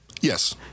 Yes